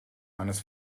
eines